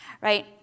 right